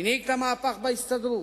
הנהיג את המהפך בהסתדרות,